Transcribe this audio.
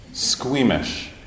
squeamish